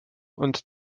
und